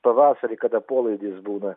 pavasarį kada polaidis būna